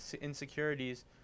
insecurities